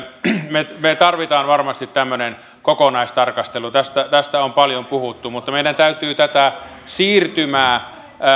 me me tarvitsemme varmasti tämmöisen kokonaistarkastelun tästä on paljon puhuttu mutta meidän täytyy tätä siirtymää